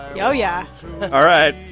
yeah oh, yeah all right.